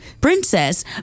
Princess